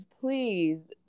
please